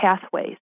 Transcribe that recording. pathways